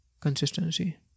consistency